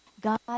God